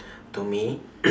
to me